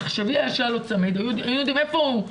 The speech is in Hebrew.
תחשבי אם היה לו צמיד, היו יודעים איפה הוא.